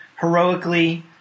heroically